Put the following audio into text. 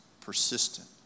persistent